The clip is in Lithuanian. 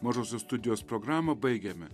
mažosios studijos programą baigiame